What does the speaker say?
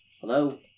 Hello